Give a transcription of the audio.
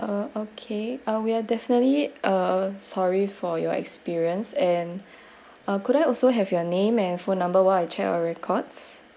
uh okay uh we are definitely uh sorry for your experience and uh could I also have your name and phone number while I check our records